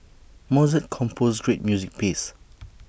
Mozart composed great music pieces